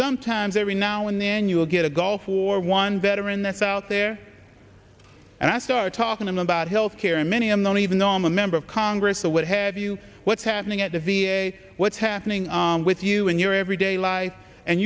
sometimes every now and then you'll get a gulf war one veteran that's out there and i start talking about health care and many i'm not even though i'm a member of congress so what have you what's happening at the v a what's happening with you in your everyday life and